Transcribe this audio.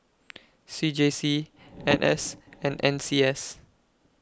C J C N S and N C S